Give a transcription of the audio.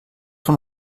von